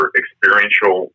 experiential